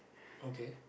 okay